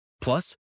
Plus